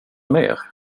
mer